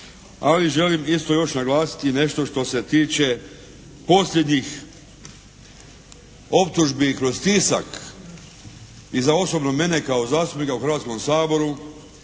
ali želim isto još naglasiti nešto što se tiče posljednjih optužbi kroz tisak i za osobno mene kao zastupnika u Hrvatskom saboru,